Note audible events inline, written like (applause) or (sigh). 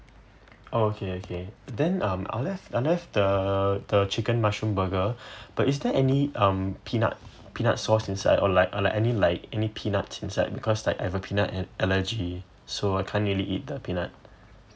oh okay okay then um unless unless the the chicken mushroom burger (breath) but is there any um peanut peanut sauce inside or like or like any like any peanuts inside because like I have peanut allergy so I can't really eat the peanut